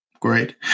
Great